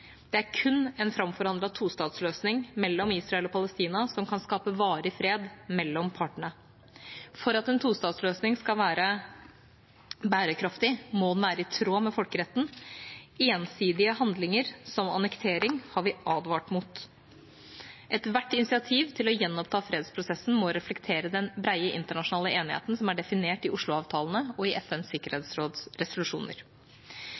Det er kun en framforhandlet tostatsløsning mellom Israel og Palestina som kan skape varig fred mellom partene. For at en tostatsløsning skal være bærekraftig, må den være i tråd med folkeretten. Ensidige handlinger, som annektering, har vi advart mot. Ethvert initiativ til å gjenoppta fredsprosessen må reflektere den brede internasjonale enigheten som er definert i Oslo-avtalene og i FNs